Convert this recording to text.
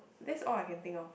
that's all I can think of